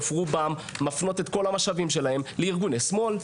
רובן מפנות את כל המשאבים שלהן לארגוני שמאל.